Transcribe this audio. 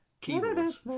keyboards